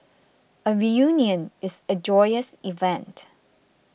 a reunion is a joyous event